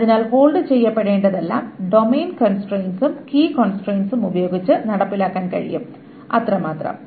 അതിനാൽ ഹോൾഡ് ചെയ്യപ്പെടേണ്ടതെല്ലാം ഡൊമെയ്ൻ കോൺസ്ട്രയിന്റ്സും കീ കോൺസ്ട്രയിന്റ്സും ഉപയോഗിച്ച് നടപ്പിലാക്കാൻ കഴിയും അത്രമാത്രം